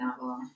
novel